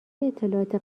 اطلاعات